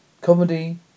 comedy